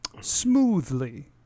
smoothly